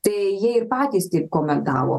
tai jie ir patys taip komentavo